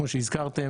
כמו שהזכרתם,